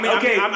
okay